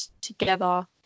together